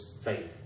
Faith